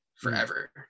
forever